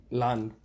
land